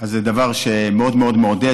אז זה דבר שמאוד מאוד מעודד.